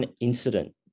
incident